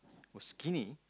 was skinny